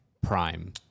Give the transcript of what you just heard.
prime